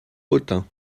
autun